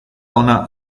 ona